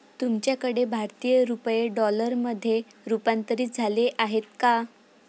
तुमच्याकडे भारतीय रुपये डॉलरमध्ये रूपांतरित झाले आहेत का?